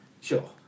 Sure